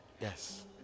Yes